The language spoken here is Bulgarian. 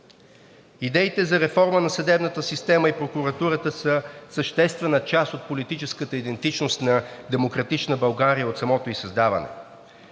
Идеите за реформа на съдебната система и прокуратурата са съществена част от политическата идентичност на „Демократична България“ от самото ѝ създаване.